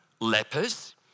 lepers